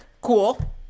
Cool